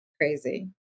crazy